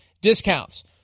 discounts